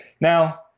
Now